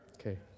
Okay